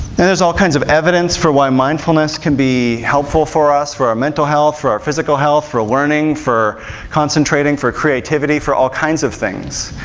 and there's all kinds of evidence for why mindfulness can be helpful for us, for our mental health, for our physical health, for learning, for concentrating, for creativity, for all kinds of things.